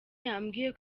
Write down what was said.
yambwiye